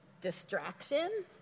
distraction